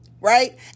Right